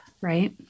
Right